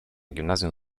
gimnazjum